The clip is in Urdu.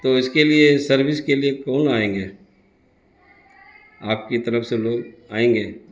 تو اس کے لیے سروس کے لیے کون آئیں گے آپ کی طرف سے لوگ آئیں گے